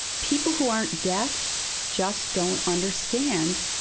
people who aren't deaf just don't understand.